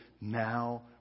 now